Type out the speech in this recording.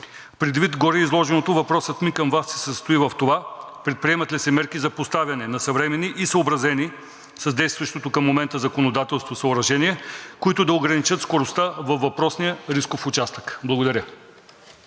Предвид гореизложеното въпросът ми към Вас се състои в това: предприемат ли се мерки за поставяне на съвременни и съобразени с действащото към момента законодателство съоръжения, които да ограничат скоростта във въпросния рисков участък? Благодаря.